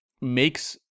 makes